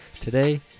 today